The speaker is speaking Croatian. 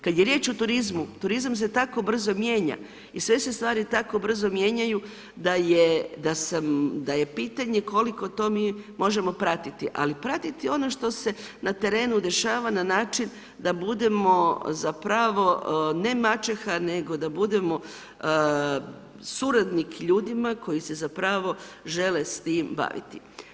Kad je riječ o turizmu, turizam se tako brzo mijenja i sve se stvari tako brzo mijenjaju da je pitanje koliko to mi možemo pratiti, ali pratiti ono što se na terenu dešava na način da budemo zapravo ne maćeha nego da budemo suradnik ljudima koji se zapravo žele s tim baviti.